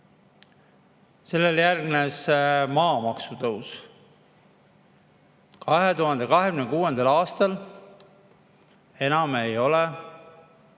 Sellele järgnes maamaksu tõus. 2026. aastal ei ole